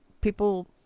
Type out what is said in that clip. people